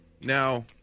Now